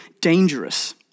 dangerous